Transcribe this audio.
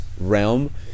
realm